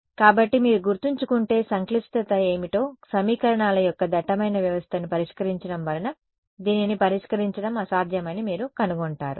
కాబట్టి మీరు గుర్తుంచుకుంటే సంక్లిష్టత ఏమిటో సమీకరణాల యొక్క దట్టమైన వ్యవస్థను పరిష్కరించడం వలన దీనిని పరిష్కరించడం అసాధ్యమని మీరు కనుగొంటారు